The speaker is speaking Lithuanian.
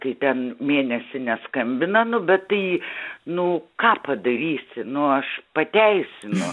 kai ten mėnesį neskambina nu bet tai nu ką padarysi nu aš pateisinu